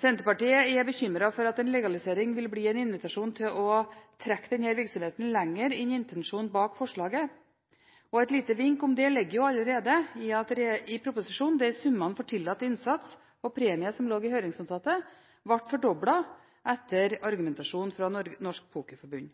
Senterpartiet er bekymret for at en legalisering vil bli en invitasjon til å trekke denne virksomheten lenger enn det som er intensjonen med forslaget. Et lite vink om dette foreligger allerede i proposisjonen, der summene for tillatt innsats og premier som lå i høringsnotatet, ble fordoblet etter argumentasjonen fra Norsk Pokerforbund.